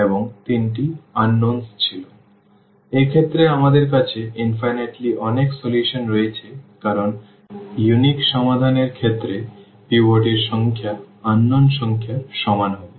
সুতরাং এক্ষেত্রে আমাদের কাছে অসীম অনেক সমাধান রয়েছে কারণ অনন্য সমাধান এর ক্ষেত্রে পিভট এর সংখ্যা অজানা সংখ্যার সমান হবে